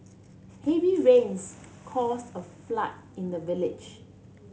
heavy rains caused a flood in the village